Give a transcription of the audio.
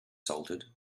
salted